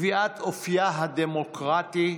קביעת אופייה הדמוקרטי,